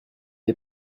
est